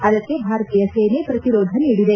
ಅದಕ್ಕೆ ಭಾರತೀಯ ಸೇನೆ ಪ್ರತಿರೋಧ ನೀಡಿದೆ